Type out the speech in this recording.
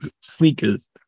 sneakers